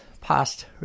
past